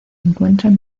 encuentran